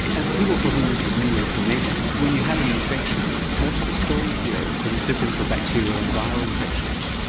and for people for whom this is new information when you have an infection what's the story here, because it's different for bacterial and viral infections?